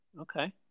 Okay